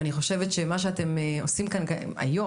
אני חושבת שמה שאתם עושים כאן היום,